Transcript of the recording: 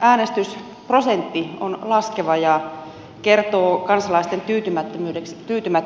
äänestysprosentti on laskeva ja kertoo kansalaisten tyytymättömyydestä